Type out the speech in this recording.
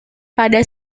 pada